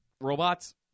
robots